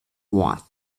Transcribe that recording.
what